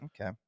Okay